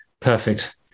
perfect